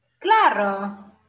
Claro